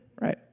right